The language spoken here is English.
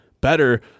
better